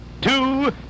Two